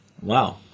wow